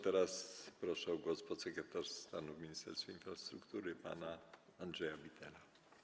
Teraz proszę o zabranie głosu podsekretarza stanu w Ministerstwie Infrastruktury pana Andrzeja Bittela.